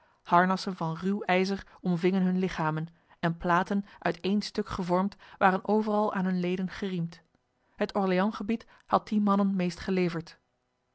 harnassen van ruw ijzer omvingen hun lichamen en platen uit één stuk gevormd waren overal aan hun leden geriemd het orléansgebied had die mannen meest geleverd